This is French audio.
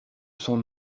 son